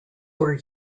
were